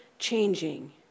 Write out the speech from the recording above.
changing